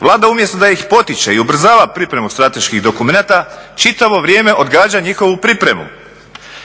Vlada umjesto da ih potiče i ubrzava pripremu strateških dokumenata čitavo vrijeme odgađa njihovu pripremu.